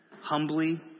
humbly